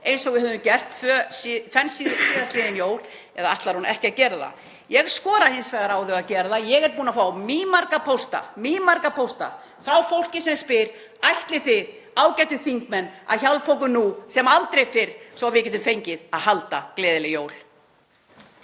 eins og við höfum gert tvenn síðastliðinn jól, eða ætlar hún ekki að gera það? Ég skora hins vegar á þau að gera það. Ég er búin að fá mýmarga pósta frá fólki sem spyr: Ætlið þið, ágætu þingmenn, að hjálpa okkur nú sem aldrei fyrr svo að við getum fengið að halda gleðileg jól?